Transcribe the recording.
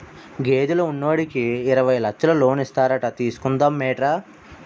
గేదెలు ఉన్నోడికి యిరవై లచ్చలు లోనిస్తారట తీసుకుందా మేట్రా